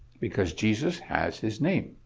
because jesus has his name.